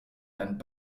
and